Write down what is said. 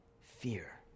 fear